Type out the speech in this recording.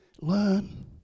Learn